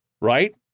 Right